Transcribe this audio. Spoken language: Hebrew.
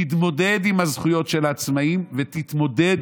תתמודד עם הזכויות של העצמאים ותתמודד